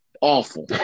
Awful